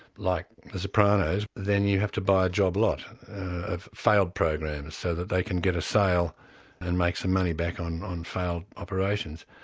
like the sopranos, then you have to buy a job lot of failed programs, so that they can get a sale and make some money back on on failed operations.